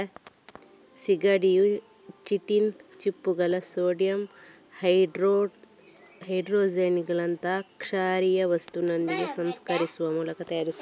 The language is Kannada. ಸೀಗಡಿಯ ಚಿಟಿನ್ ಚಿಪ್ಪುಗಳನ್ನ ಸೋಡಿಯಂ ಹೈಡ್ರಾಕ್ಸೈಡಿನಂತಹ ಕ್ಷಾರೀಯ ವಸ್ತುವಿನೊಂದಿಗೆ ಸಂಸ್ಕರಿಸುವ ಮೂಲಕ ತಯಾರಿಸ್ತಾರೆ